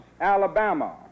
Alabama